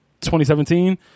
2017